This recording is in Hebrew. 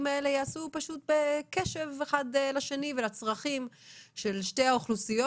האלה ייעשו בקשב זה לזה ולצרכים של שתי האוכלוסיות.